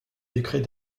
décrets